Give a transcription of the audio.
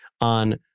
on